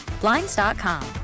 Blinds.com